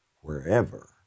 wherever